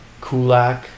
Kulak